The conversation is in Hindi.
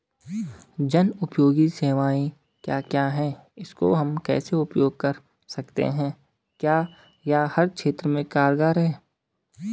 जनोपयोगी सेवाएं क्या क्या हैं इसको हम कैसे उपयोग कर सकते हैं क्या यह हर क्षेत्र में कारगर है?